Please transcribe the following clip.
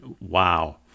wow